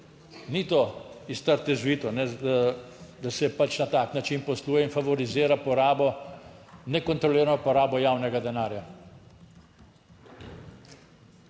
ni to iz trte zvito, da se pač na tak način posluje in favorizira porabo, nekontrolirano porabo javnega denarja.